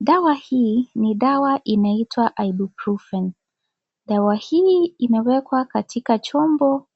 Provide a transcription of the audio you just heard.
Dawa hii ni dawa inaitwa Iprofen. Dawa hii, imewekwa katika chombo